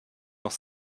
noch